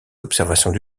observations